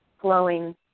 flowing